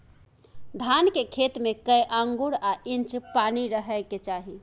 धान के खेत में कैए आंगुर आ इंच पानी रहै के चाही?